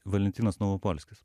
valentinas novopolskis